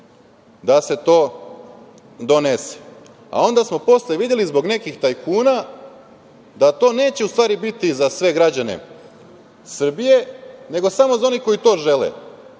da se to donese. A onda smo posle videli zbog nekih tajkuna da to neće u stvari biti za sve građane Srbije, nego samo za one koji to žele.